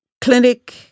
clinic